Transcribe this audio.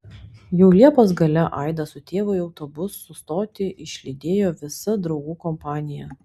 jau liepos gale aidą su tėvu į autobusų stotį išlydėjo visa draugų kompanija